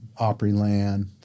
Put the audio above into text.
Opryland